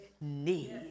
need